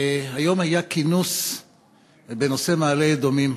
היום היה כינוס בנושא מעלה-אדומים,